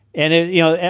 and and, you know,